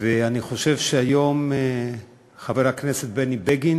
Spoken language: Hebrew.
אני חושב שהיום חבר הכנסת בני בגין